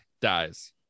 dies